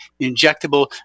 injectable